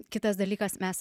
kitas dalykas mes